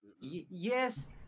yes